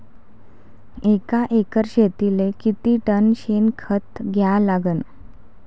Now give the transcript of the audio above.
एका एकर शेतीले किती टन शेन खत द्या लागन?